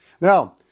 Now